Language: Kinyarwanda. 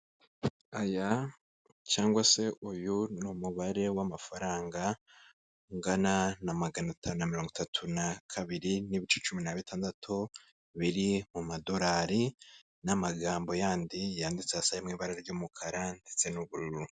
Aya cyangwa se uyu ni umubare w'amafaranga ungana na magana atanu mirongo itatu na kabiri n'ibice cumi na bitandatu, biri mu madorari n'amagambo y'andi yanditse asaba mu ibara ry'umukara ndetse n'ubururu.